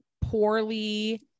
poorly